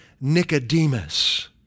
Nicodemus